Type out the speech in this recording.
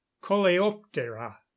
coleoptera